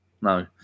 no